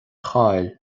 chaill